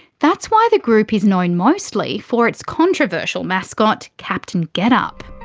that's why the group is known mostly for its controversial mascot captain getup.